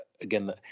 again